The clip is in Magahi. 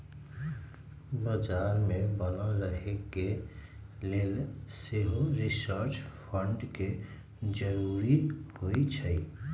बजार में बनल रहे के लेल सेहो रिसर्च फंड के जरूरी होइ छै